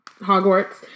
Hogwarts